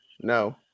No